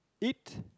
eat